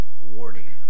warning